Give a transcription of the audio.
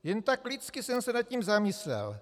Jen tak lidsky jsem se nad tím zamyslel.